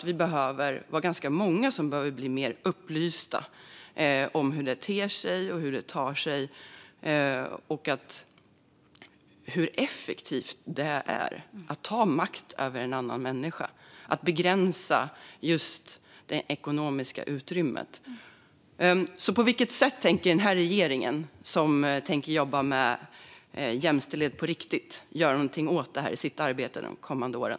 Vi är ganska många som behöver bli mer upplysta om hur det ter sig och hur effektivt det är att ta makten över en annan människa och begränsa just det ekonomiska utrymmet. På vilket sätt tänker den här regeringen, som tänker jobba med jämställdhet på riktigt, göra något åt det i sitt arbete de kommande åren?